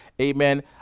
amen